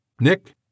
Nick